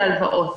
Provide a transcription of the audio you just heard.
ובהלוואות.